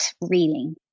reading